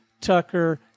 Tucker